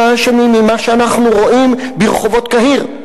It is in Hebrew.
ההאשמי ממה שאנחנו רואים ברחובות קהיר,